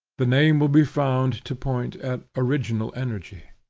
the name will be found to point at original energy.